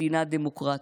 מדינה דמוקרטית.